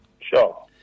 sure